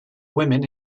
women